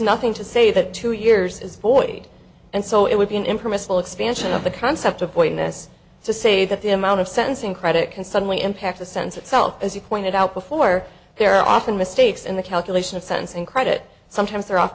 nothing to say that two years is void and so it would be an impermissible expansion of the concept of pointless to say that the amount of sentencing credit can suddenly impact the sense itself as you pointed out before they're often mistakes in the calculation of cents in credit sometimes they're off